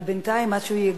אבל בינתיים, עד שהוא ייגש.